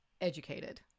educated